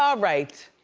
um right,